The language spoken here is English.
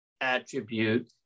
attribute